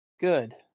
Good